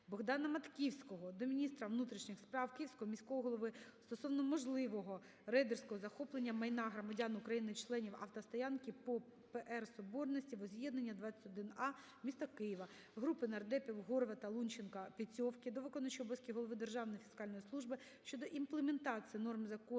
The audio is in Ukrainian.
Богдана Матківського до міністра внутрішніх справ, Київського міського голови стосовно можливого рейдерського захоплення майна громадян України – членів автостоянки по пр. Соборності (Возз'єднання) 21 А, місті Києва. Групи нардепів (Горвата, Лунченка, Петьовки) до виконуючого обов'язки голови Державної фіскальної служби щодо імплементації норм Закону